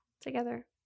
together